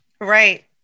Right